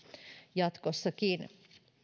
jatkossakin